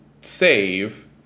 ...save